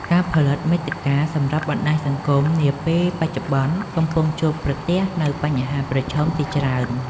ការផលិតមាតិកាសម្រាប់បណ្ដាញសង្គមនាពេលបច្ចុប្បន្ន កំពុងជួបប្រទះនូវបញ្ហាប្រឈមជាច្រើន។